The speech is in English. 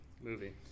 movie